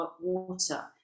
water